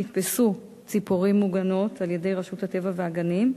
נתפסו ציפורים מוגנות על-ידי רשות הטבע והגנים,